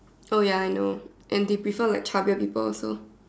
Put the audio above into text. oh ya I know and they prefer like chubbier people also